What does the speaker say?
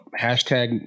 hashtag